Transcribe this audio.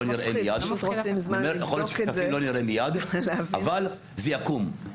יכול להיות שכספים לא נראה מייד אבל זה יקום.